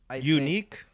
Unique